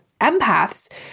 empaths